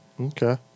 Okay